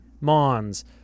Mons